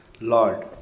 Lord